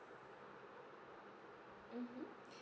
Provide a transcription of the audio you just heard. mmhmm